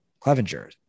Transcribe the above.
Clevenger